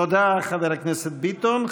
תודה, חבר הכנסת ביטון.